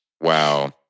Wow